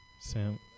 Sam